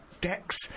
deck's